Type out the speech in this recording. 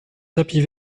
tapis